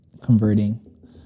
converting